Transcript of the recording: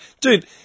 dude